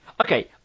Okay